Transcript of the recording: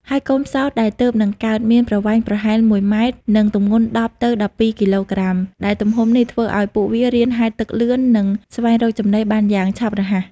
ហើយកូនផ្សោតដែលទើបនឹងកើតមានប្រវែងប្រហែល ១ ម៉ែត្រ និងទម្ងន់ ១០ ទៅ ១២ គីឡូក្រាម ដែលទំហំនេះធ្វើឱ្យពួកវារៀនហែលទឹកលឿន និងស្វែងរកចំណីបានយ៉ាងឆាប់រហ័ស។